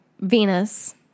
Venus